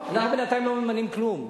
לא,